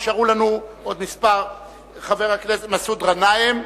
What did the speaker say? נשארו לנו חבר הכנסת מסעוד גנאים,